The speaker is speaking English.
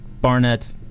barnett